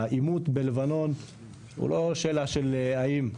העימות בלבנון הוא לא שאלה של האם,